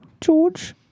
George